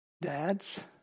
Dads